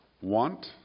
want